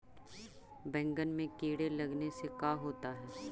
बैंगन में कीड़े लगने से का होता है?